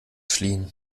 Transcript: fliehen